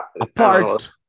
apart